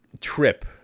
trip